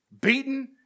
beaten